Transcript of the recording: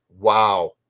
Wow